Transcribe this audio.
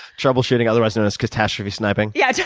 troubleshooting otherwise known as catastrophe sniping? yeah,